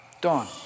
Dawn